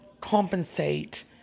compensate